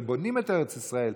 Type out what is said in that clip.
ובונים את ארץ ישראל,